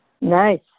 Nice